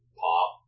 pop